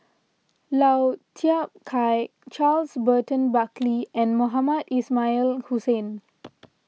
Lau Chiap Khai Charles Burton Buckley and Mohamed Ismail Hussain